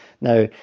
Now